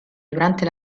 durante